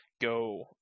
go